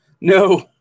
No